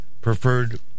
preferred